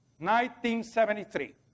1973